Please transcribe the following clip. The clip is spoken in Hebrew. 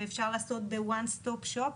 ואפשר לעשות ב-one-stop shop.